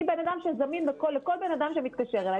אני בן אדם שהוא זמין לכל בן אדם שמתקשר אלי.